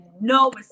no